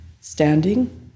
standing